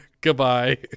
Goodbye